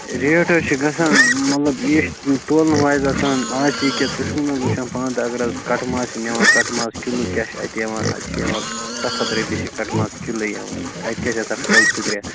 rate حظ چھِ گژھان مطلب یہِ چھِ تولنہٕ وایِز آسان اَز چھِ یہِ کیٛاہ ژٕ چھُکھ نہٕ وُچھان پانہٕ تہِ اَگر اَز کَٹہٕ ماز چھِ نِوان کَٹہٕ ماز کِلوٗ کیٛاہ چھِ اَتہِ یِوان اَتہِ چھِ یِوان سَتھ ہَتھ رۄپیہِ چھِ کَٹہٕ ماز کِلوٗ یِوان تَتہِ کیٛاہ چھِ آسان پھٔلۍ زٕ ترٛےٚ